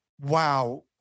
wow